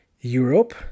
Europe